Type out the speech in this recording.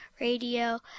radio